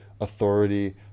authority